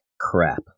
crap